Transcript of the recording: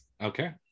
Okay